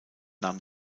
nahm